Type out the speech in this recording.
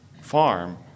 farm